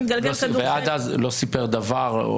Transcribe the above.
ועד אז לא סיפר דבר?